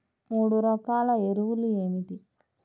మూడు రకాల ఎరువులు ఏమిటి?